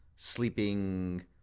sleeping